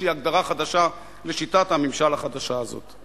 הגדרה חדשה לשיטת הממשל החדשה הזאת.